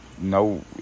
no